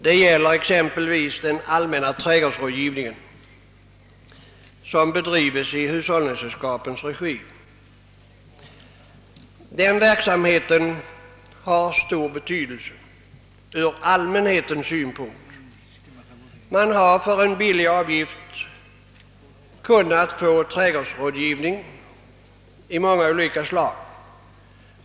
Det gäller exempelvis den allmänna trädgårdsrådgivning som bedrivs i hushållningssällskapens regi. Den verksamheten har stor betydelse ur allmänhetens synpunkt. Man har för en billig avgift kunnat få trädgårdsrådgivning av många olika slag.